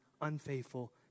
unfaithful